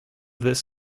this